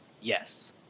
Yes